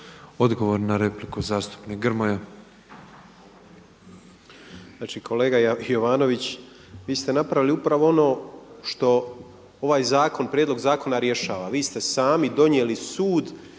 Odgovor na repliku zastupnik Gromoja. **Grmoja, Nikola (MOST)** Kolega Jovanović, vi ste napravili upravo ono što ovaj prijedlog zakona rješava. Vi ste sami donijeli sud